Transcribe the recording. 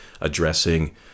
addressing